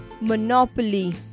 monopoly